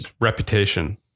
reputation